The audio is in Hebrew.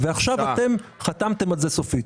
עכשיו חתמתם על זה סופית.